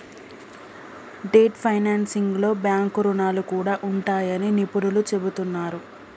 debt ఫైనాన్సింగ్లో bank రుణాలు కూడా ఉంటాయని నిపుణులు చెబుతున్నరు